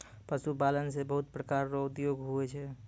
पशुपालन से बहुत प्रकार रो उद्योग हुवै छै